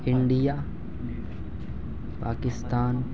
India Pakistan